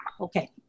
Okay